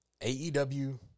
AEW